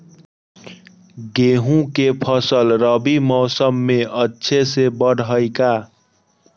गेंहू के फ़सल रबी मौसम में अच्छे से बढ़ हई का?